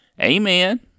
Amen